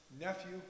nephew